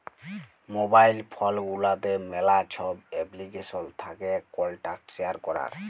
mobile phone গুলাতে ম্যালা ছব এপ্লিকেশল থ্যাকে কল্টাক্ট শেয়ার ক্যরার